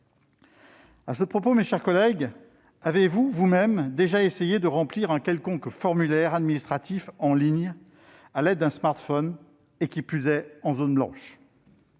À ce propos, mes chers collègues, avez-vous déjà essayé de remplir vous-mêmes un quelconque formulaire administratif en ligne à l'aide d'un smartphone, qui plus est en zone blanche ?